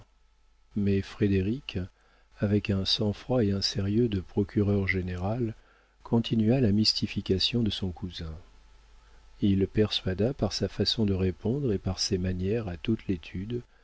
mais frédéric avec un sang-froid et un sérieux de procureur général continua la mystification de son cousin il persuada par sa façon de répondre et par ses manières à toute l'étude